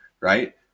right